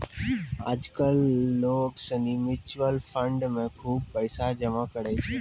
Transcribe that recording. आज कल लोग सनी म्यूचुअल फंड मे खुब पैसा जमा करै छै